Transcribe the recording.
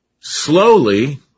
Slowly